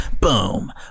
boom